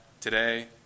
today